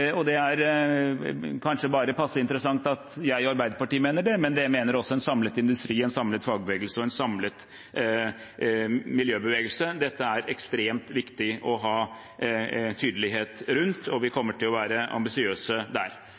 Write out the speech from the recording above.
og -lagring. Det er kanskje bare passe interessant at jeg og Arbeiderpartiet mener det, men det mener også en samlet industri, en samlet fagbevegelse og en samlet miljøbevegelse. Dette er ekstremt viktig å ha tydelighet rundt, og vi kommer til å være ambisiøse der.